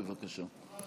בבקשה.